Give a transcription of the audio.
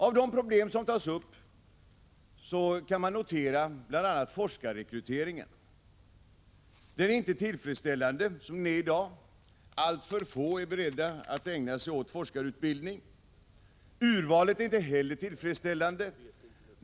Av de problem som tas upp kan man notera framför allt forskarrekryteringen. Denna är inte tillfredsställande i dag. Alltför få är beredda att ägna sig åt forskarutbildning. Urvalet är inte heller tillfredsställande.